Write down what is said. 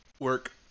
Work